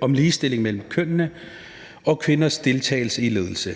om ligestilling mellem kønnene og kvinders deltagelse i ledelse.